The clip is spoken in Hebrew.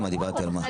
על מה דיברתי, על מה?